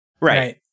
Right